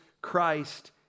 Christ